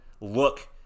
look